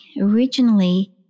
Originally